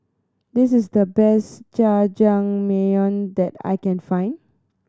this is the best Jajangmyeon that I can find